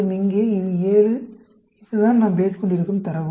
மற்றும் இங்கே இது 7 இதுதான் நாம் பேசிக்கொண்டிருக்கும் தரவு